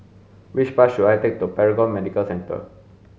which bus should I take to Paragon Medical Centre